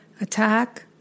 attack